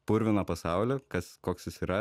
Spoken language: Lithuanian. purviną pasaulį kas koks jis yra